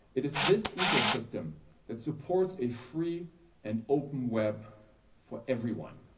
it is this ecosystem that supports a free and open web for everyone.